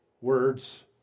words